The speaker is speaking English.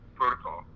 protocol